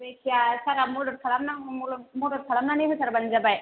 जायखिजाया सारा मदद खालामनांगौ मदद खालामनानै होथारबानो जाबाय